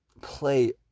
play